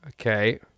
Okay